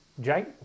Jake